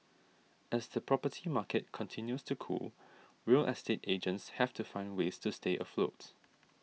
as the property market continues to cool real estate agents have to find ways to stay afloat